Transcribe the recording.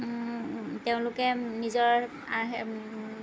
তেওঁলোকে নিজৰ আহে